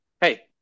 hey